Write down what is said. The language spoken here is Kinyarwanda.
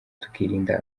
tukirinda